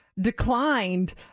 declined